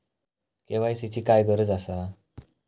KYC ची काय गरज आसा?